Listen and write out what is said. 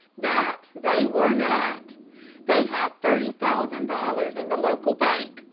that they were not they had thirty thousand dollars in the local bank,